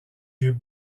yeux